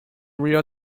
real